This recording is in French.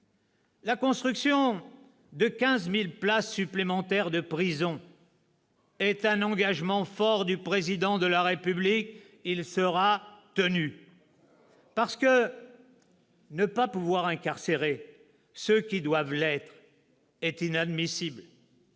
La construction de 15 000 places supplémentaires de prison est un engagement fort du Président de la République. Il sera tenu, parce que ne pas pouvoir incarcérer ceux qui doivent l'être est inadmissible,